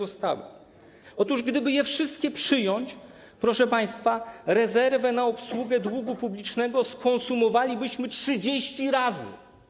Otóż gdyby je wszystkie przyjąć, proszę państwa, rezerwę na obsługę długu publicznego skonsumowalibyśmy 30 razy.